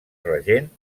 regent